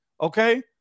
Okay